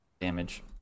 damage